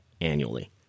annually